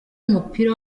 w’umupira